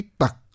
tak